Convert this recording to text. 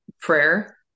prayer